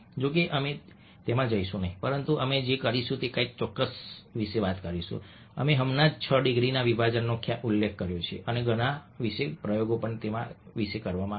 જો કે અમે તેમાં જઈશું નહીં પરંતુ અમે જે કરીશું તે કંઈક વિશે વાત કરીશું જે અમે હમણાં જ છ ડિગ્રીના વિભાજનનો ઉલ્લેખ કર્યો છે અને આ વિશે ઘણા પ્રયોગો કરવામાં આવ્યા છે